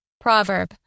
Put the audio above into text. Proverb